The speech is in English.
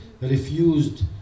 refused